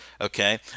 Okay